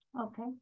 Okay